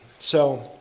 so,